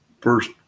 first